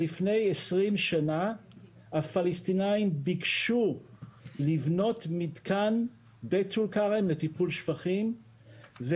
שלפני עשרים שנה הפלסטינאים ביקשו לבנות מתקן בטול כרם לטיפול שפכים,